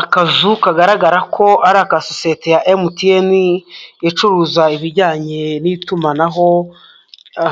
Akazu kagaragara ko ari aka sosiyete ya MTN icuruza ibijyanye n'itumanaho,